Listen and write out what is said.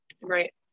Right